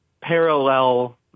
parallel